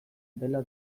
dela